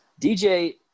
DJ